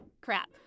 Crap